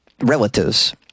relatives